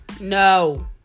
no